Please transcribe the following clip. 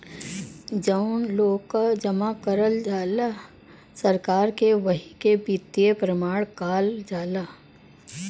जउन लेकःआ जमा करल जाला सरकार के वही के वित्तीय प्रमाण काल जाला